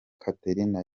catherine